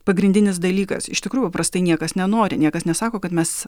pagrindinis dalykas iš tikrųjų paprastai niekas nenori niekas nesako kad mes